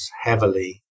heavily